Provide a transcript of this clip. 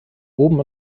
oben